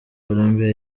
columbia